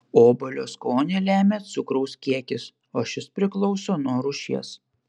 obuolio skonį lemia cukraus kiekis o šis priklauso nuo rūšies